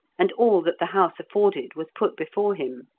and all that the house afforded was put before him.